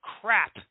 crap